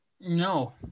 No